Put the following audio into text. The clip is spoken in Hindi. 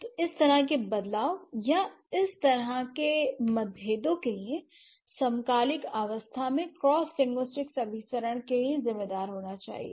तो इस तरह के बदलाव या इस तरह के मतभेदों के लिए समकालिक अवस्था में क्रॉस लिंग्विस्टिक्स अभिसरण के लिए जिम्मेदार होना चाहिए